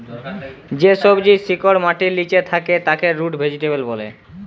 যে সবজির শিকড় মাটির লিচে থাক্যে তাকে রুট ভেজিটেবল ব্যলে